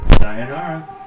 Sayonara